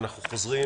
אנחנו חוזרים